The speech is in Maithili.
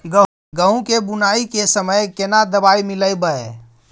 गहूम के बुनाई के समय केना दवाई मिलैबे?